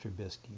Trubisky